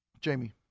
Jamie